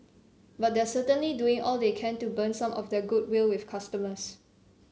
but they're certainly doing all they can to burn some of their goodwill with customers